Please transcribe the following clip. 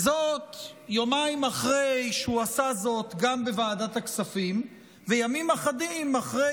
וזאת יומיים אחרי שהוא עשה זאת גם בוועדת הכספים וימים אחדים אחרי